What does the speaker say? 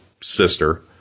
sister